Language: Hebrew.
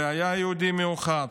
הוא היה יהודי מיוחד.